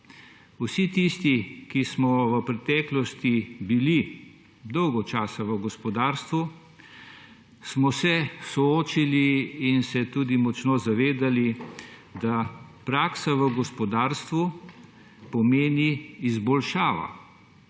Vsi tisti, ki smo v preteklosti bili dolgo časa v gospodarstvu, smo se soočili in se tudi močno zavedali, da praksa v gospodarstvu pomeni izboljšavo.